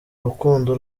urukundo